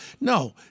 no